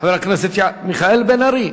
חבר הכנסת שלמה מולה,